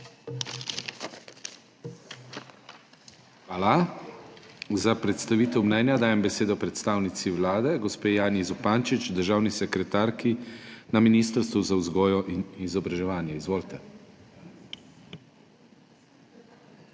Hvala. Za predstavitev mnenja dajem besedo predstavnici Vlade, gospe Janji Zupančič, državni sekretarki na Ministrstvu za vzgojo in izobraževanje. zvolite.